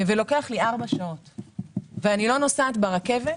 לוקח לי ארבע שעות, ואני לא נוסעת ברכבת,